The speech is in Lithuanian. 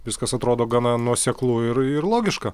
viskas atrodo gana nuoseklu ir ir logiška